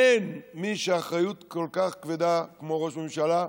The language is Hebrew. אין מי שאחריות כל כך כבדה עליו כמו ראש ממשלה,